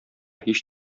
һич